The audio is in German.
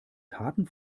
taten